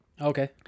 Okay